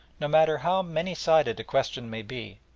no matter how many-sided a question may be,